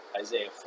isaiah